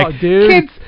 kids